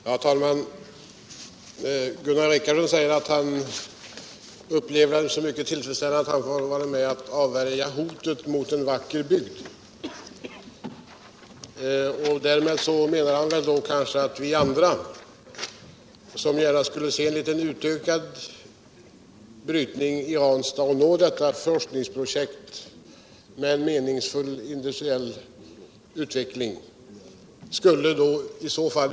Herr talman! Gunnar Richardson säger att han upplever det som mycket ullfredsställande avt han har varit med om att avvärja hotet mot en vacker bygd. Därmed menar han väl att vi andra, som gärna skulle se en något utökad brytning i Ranstadsområdet, eu forskningsprojekt syftande till en meningsfull industriell utveckling.